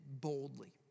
boldly